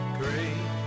great